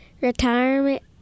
Retirement